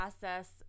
process